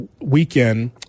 weekend